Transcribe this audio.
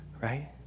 right